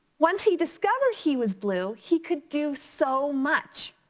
once he discovered he was blue, he could do so much.